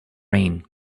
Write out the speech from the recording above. rain